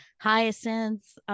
hyacinths